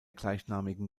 gleichnamigen